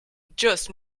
just